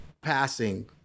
passing—